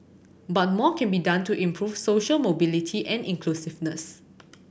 but more can be done to improve social mobility and inclusiveness